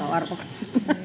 arvoisa